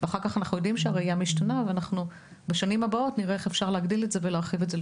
ובשנים הבאות נראה איך אפשר להגדיל את זה ולהרחיב את זה.